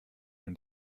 und